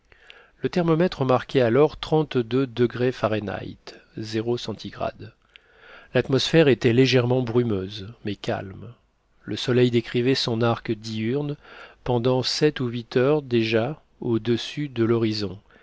le thermomètre marquait alors trente-deux degrés fahrenheit l'atmosphère était légèrement brumeuse mais calme le soleil décrivait son arc diurne pendant sept ou huit heures déjà au-dessus de l'horizon